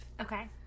Okay